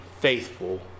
Faithful